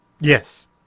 Yes